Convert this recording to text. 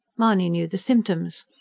mahony knew the symptoms.